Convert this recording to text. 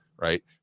right